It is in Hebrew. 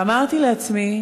ואמרתי לעצמי,